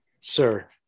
Sir